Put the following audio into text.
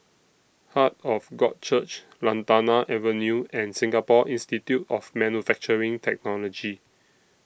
Heart of God Church Lantana Avenue and Singapore Institute of Manufacturing Technology